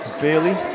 Bailey